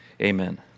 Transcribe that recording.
amen